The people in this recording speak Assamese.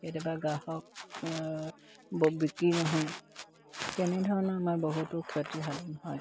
কেতিয়াবা গ্ৰাহক বিক্ৰী নহয় তেনেধৰণৰ আমাৰ বহুতো ক্ষতিসাধন হয়